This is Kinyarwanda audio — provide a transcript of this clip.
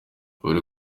buri